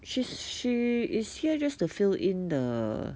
she's she is here just to fill in the